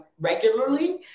regularly